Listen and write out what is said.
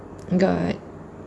god